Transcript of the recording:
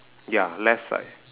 ya left side